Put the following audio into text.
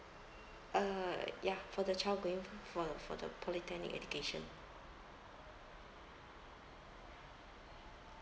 uh ya for the child going f~ for the for the polytechnic education